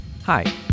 Hi